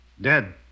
Dead